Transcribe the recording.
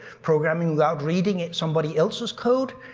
programming without reading somebody else's code?